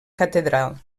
catedral